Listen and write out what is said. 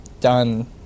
done